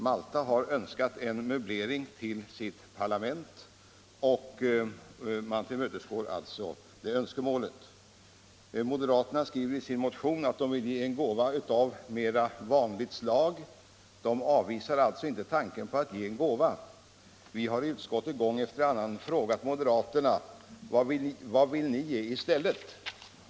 Malta har önskat en möblering till sitt parlament, och det är det önskemålet vi tillmötesgår. Moderaterna skriver i sin motion att de vill ge en gåva av mer vanligt slag. De avvisar alltså inte tanken på att ge en gåva. Vi har i utskottet gång efter annan frågat moderaterna: Vad vill ni ge i stället?